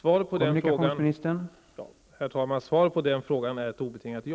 Herr talman! Svaret på den frågan är ett obetingat ja.